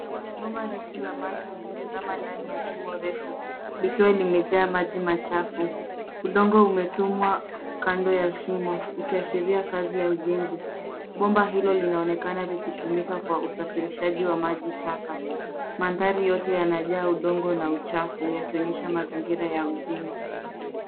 Bomba refu la maji limezama ndani ya shimo refu, likiwa limejaa maji machafu. Udongo umetumwa kando ya shimo, ukiashiria kazi ya ujenzi. Bomba hilo linaonekana likitumika kwa usafirishaji wa maji taka. Mandhari yote yanajaa udongo na uchafu yakionyesha mazingira ya ujenzi.